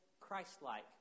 Christ-like